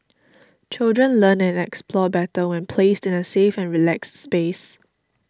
children learn and explore better when placed in a safe and relaxed space